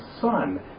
Son